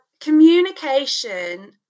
communication